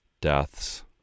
deaths